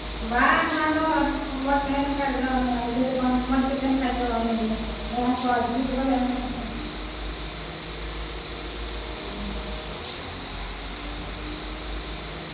ᱵᱟᱝ ᱚᱱᱟ ᱫᱚ ᱟᱫᱚ ᱢᱚᱡᱽ ᱛᱟᱦᱮᱸᱞᱮᱱᱠᱷᱟᱱ ᱫᱚ ᱤᱭᱟᱹ ᱫᱚ ᱵᱟᱝ ᱢᱚᱡᱽ ᱛᱟᱦᱮᱱ ᱠᱷᱟᱱ ᱫᱚ ᱢᱟᱭᱟᱢ ᱠᱚ ᱟᱨ ᱡᱤᱣᱤ ᱫᱚ ᱵᱟᱞᱮ ᱮᱢ ᱫᱟᱲᱮᱭᱟᱜᱼᱟ ᱥᱮ ᱦᱩᱸ ᱦᱩᱸ